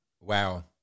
Wow